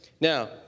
Now